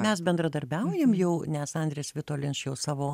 mes bendradarbiaujam jau nes andris vitolinš jau savo